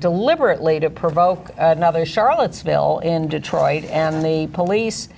deliberately to provoke another charlottesville in detroit and the police